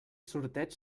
sorteig